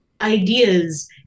ideas